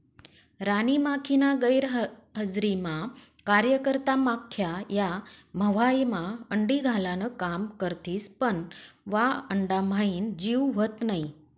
राणी माखीना गैरहजरीमा कार्यकर्ता माख्या या मव्हायमा अंडी घालान काम करथिस पन वा अंडाम्हाईन जीव व्हत नै